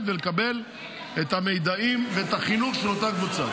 ולקבל את המידע ואת החינוך של אותה קבוצה?